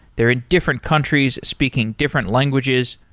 they're in different countries speaking different languages.